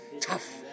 tough